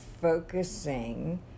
focusing